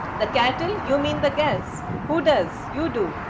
the kettle, you mean, the gas. who does? you do,